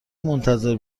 منتظر